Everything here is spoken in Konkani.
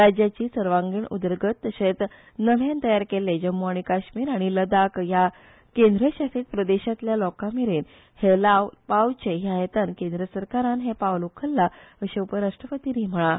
चाज्याची सर्वागीन उदरगत तथ्येच नव्यान तयार केल्ले जम्मू आनी काष्टमीट आनी लदाक ह्या केंद्र शासीत प्रदेशातल्या लोकां मेरेन हे लव पावचे ह्या हेतान केंद्र स्रटकाटान हे पावल उखल्ला अश्चे उपटाप्ट्रपतीन महळां